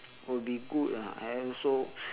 will be good ah and also